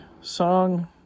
song